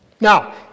Now